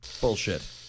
Bullshit